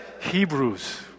Hebrews